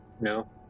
No